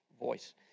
voice